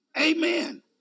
Amen